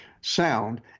sound